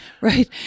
Right